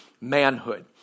Manhood